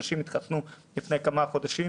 אנשים התחסנו לפני כמה חודשים.